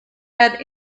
had